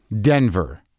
Denver